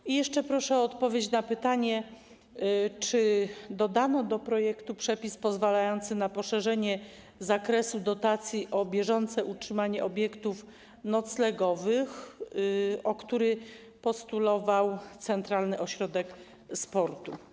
Proszę jeszcze o odpowiedź na pytanie, czy dodano do projektu przepis pozwalający na poszerzenie zakresu dotacji o bieżące utrzymanie obiektów noclegowych, którego dodanie postulował Centralny Ośrodek Sportu.